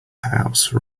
house